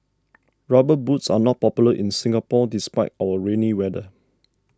rubber boots are not popular in Singapore despite our rainy weather